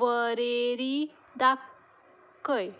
वरेरी दाखय